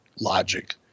logic